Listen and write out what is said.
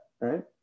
Right